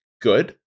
good